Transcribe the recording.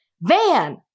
van